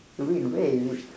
eh wait where is it